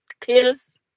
kills